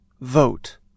vote